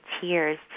tears